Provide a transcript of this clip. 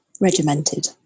regimented